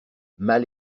mal